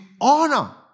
honor